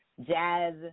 jazz